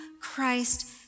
Christ